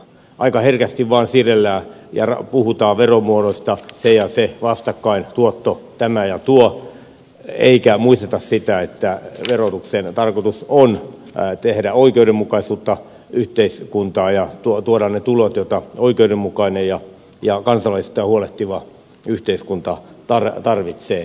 aika herkästi vain siirrellään ja puhutaan veromuodoista se ja se vastakkain tuotto tämä ja tuo eikä muisteta sitä että verotuksen tarkoitus on saada oikeudenmukaisuutta yhteiskuntaan ja tuoda ne tulot jota oikeudenmukainen ja kansalaisistaan huolehtiva yhteiskunta tarvitsee